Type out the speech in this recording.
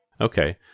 Okay